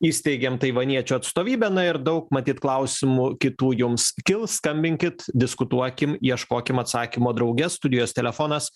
įsteigėme taivaniečių atstovybę na ir daug matyt klausimų kitų jums kils skambinkit diskutuokim ieškokim atsakymo drauge studijos telefonas